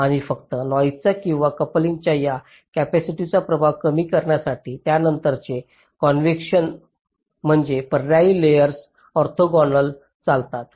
आणि फक्त नॉईसाचा किंवा कपलिंगच्या या कॅपेसिटीव्हचा प्रभाव कमी करण्यासाठी त्यानंतरचे कॉन्व्हेंशन म्हणजे पर्यायी लेयर्स ऑर्थोगोनली चालतात